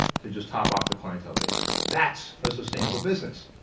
to just top off the clientele base. thats a sustainable business.